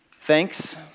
thanks